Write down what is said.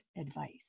advice